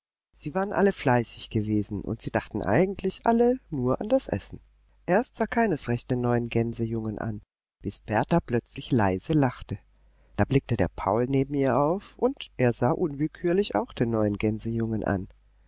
sie waren alle fleißig gewesen und sie dachten eigentlich alle nur an das essen erst sah keines recht den neuen gänsejungen an bis berta plötzlich leise lachte da blickte der paul neben ihr auf und er sah unwillkürlich auch den neuen gänsejungen an